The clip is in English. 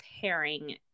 pairing